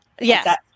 Yes